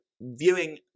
viewing